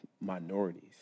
minorities